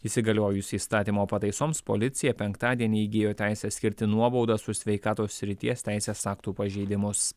įsigaliojus įstatymo pataisoms policija penktadienį įgijo teisę skirti nuobaudą su sveikatos srities teisės aktų pažeidimus